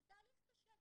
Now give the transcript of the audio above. זה תהליך קשה.